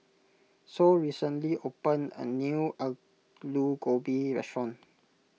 Sol recently opened a new Aloo Gobi restaurant